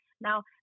Now